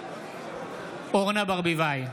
אורנה ברביבאי,